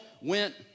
went